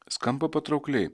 skamba patraukliai